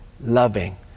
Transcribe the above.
loving